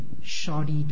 shoddy